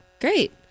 Great